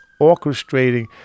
orchestrating